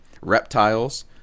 reptiles